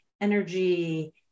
energy